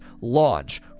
launch